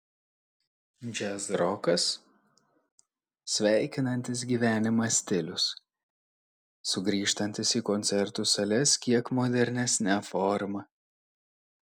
džiazrokas sveikinantis gyvenimą stilius sugrįžtantis į koncertų sales kiek modernesne forma